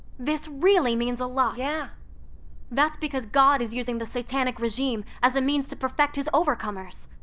this really means a lot! yeah that's because god is using the satanic regime as a means to perfect his overcomers,